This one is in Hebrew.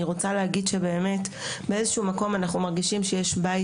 אני רוצה להגיד שבאמת באיזשהו מקום אנחנו מרגישים שיש בית.